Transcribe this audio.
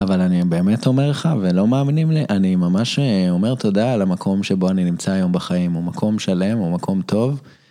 אבל אני באמת אומר לך, ולא מאמינים לי, אני ממש אומר תודה על המקום שבו אני נמצא היום בחיים, הוא מקום שלם, הוא מקום טוב.